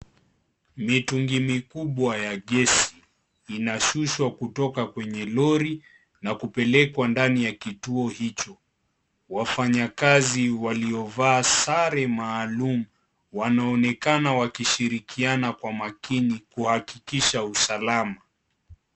Mitungi mikubwa ya gesi inashushwa kutoka kwenye lori, na kupelekwa ndani ya kituo hicho. Wafanyakazi waliovaa sare maalum wanaonekana wakishirikiana kwa makini kuhakikisha usalama.